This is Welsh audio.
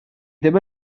ddim